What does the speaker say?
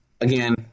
Again